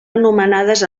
anomenades